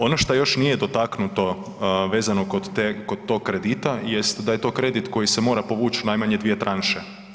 Ono što još nije dotaknuto vezano kod tog kredita jest da je to kredit koji se mora povući najmanje dvije tranše.